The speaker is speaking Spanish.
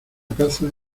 caza